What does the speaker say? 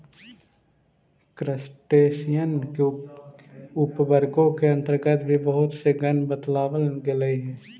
crustacean के उपवर्गों के अन्तर्गत भी बहुत से गण बतलावल गेलइ हे